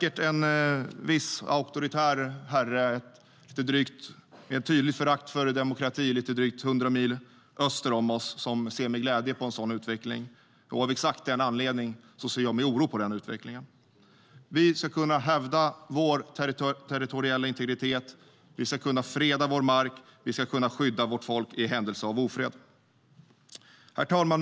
En viss auktoritär herre med ett tydligt förakt för demokrati lite drygt hundra mil öster om oss ser säkert med glädje på en sådan utveckling. Av exakt den anledningen ser jag med oro på den utvecklingen. Vi ska kunna hävda vår territoriella integritet, vi ska kunna freda vår mark och vi ska kunna skydda vårt folk i händelse av ofred. Herr talman!